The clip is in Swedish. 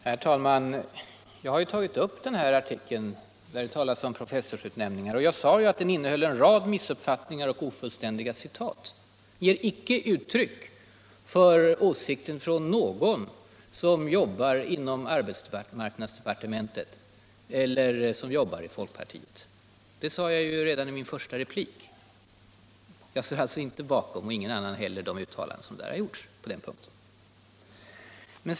Herr talman! Jag tog ju upp den här artikeln där det talas om professorsutnämningar och sade att den innehöll en rad missuppfattningar och ofullständiga citat. Den ger icke uttryck för åsikter hos någon som jobbar inom arbetsmarknadsdepartementet eller i folkpartiet. Det sade jag ju redan i min första replik. Jag står alltså inte bakom de uttalanden som gjorts på den punkten.